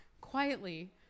quietly